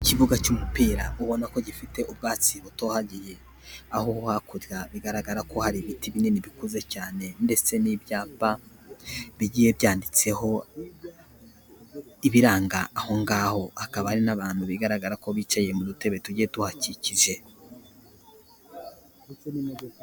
Ikibuga cy'umupira ubona ko gifite ubwatsi butohagiye, aho hakurya bigaragara ko hari ibiti binini bikuze cyane ndetse, n'ibyapa bigiye byanditseho ibiranga aho ngaho, hakaba hari n'abantu bigaragara ko bicaye mu dutebe tugiye tuhakikije.